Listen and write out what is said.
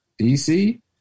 DC